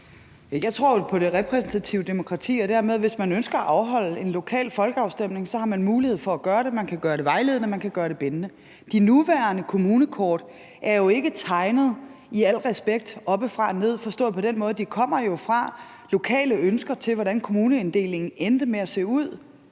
jeg tror jo på det repræsentative demokrati, og at man dermed, hvis man ønsker at afholde en lokal folkeafstemning, så har mulighed for at gøre det, og man kan gøre det vejledende, og man kan gøre det bindende. De nuværende kommunekort er jo i al respekt ikke tegnet oppefra og ned, forstået på den måde, at det jo kommer fra lokale ønsker til, hvordan kommuneinddelingen endte med at se ud,